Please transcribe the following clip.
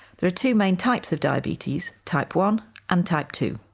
there are two main types of diabetes type one and type two.